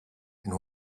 and